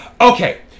Okay